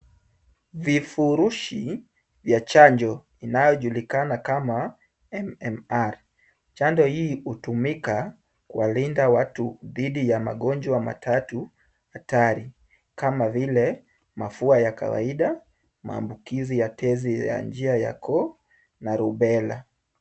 Vifurushi vya chanjo inayojulikana kama MMR. Chanjo hii hutumika kuwalinda watu dhidi ya magonjwa matatu hatari kama vile mafua ya kawaida, maambukizi ya tezi ya njia ya koo na rubela.